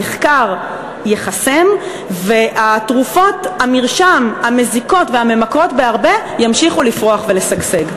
המחקר ייחסם ותרופות המרשם המזיקות והממכרות בהרבה ימשיכו לפרוח ולשגשג.